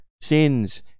sins